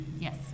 Yes